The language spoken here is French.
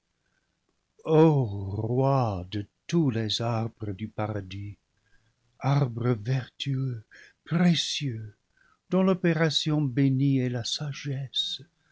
o roi de tous les arbres du paradis arbre vertueux pré cieux dont l'opération bénie est la sagesse